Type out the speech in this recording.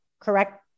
correct